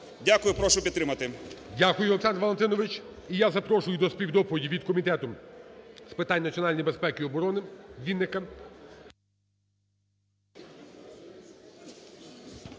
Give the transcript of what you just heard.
Дякую. Прошу підтримати. ГОЛОВУЮЧИЙ. Дякую, Олександре Валентиновичу. І я запрошую до співдоповіді від Комітету з питань національної безпеки і оборони Вінника.